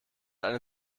eine